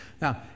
Now